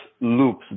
loops